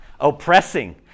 oppressing